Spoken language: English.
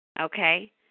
okay